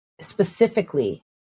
specifically